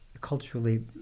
culturally